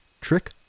trick